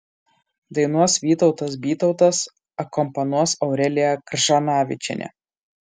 dainuos vytautas bytautas akompanuos aurelija kržanavičienė